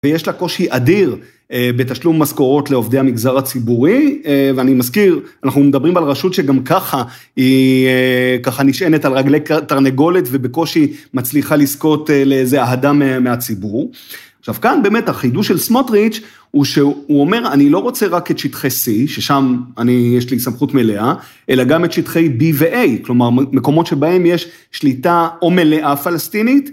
ויש לה קושי אדיר בתשלום מזכורות לעובדי המגזר הציבורי ואני מזכיר, אנחנו מדברים על רשות שגם ככה, היא ככה נשענת על רגלי תרנגולת ובקושי מצליחה לזכות לאיזה אהדה מהציבור. עכשיו כאן באמת החידוש של סמוטריץ' הוא שהוא אומר, אני לא רוצה רק את שטחי C, ששם אני, יש לי סמכות מלאה, אלא גם את שטחי B ו-A, כלומר, מקומות שבהם יש שליטה או מלאה פלסטינית,